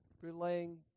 relaying